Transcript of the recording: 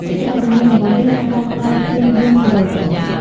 រីឯទម្ងន់របស់វាអាចឡើងដល់ជាង ៤ គីឡូក្រាម។